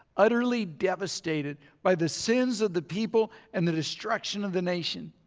utterly devastated by the sins of the people and the destruction of the nation.